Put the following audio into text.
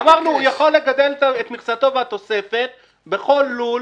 אמרנו: הוא יכול לגדל את מכסתו ואת התוספת בכל לול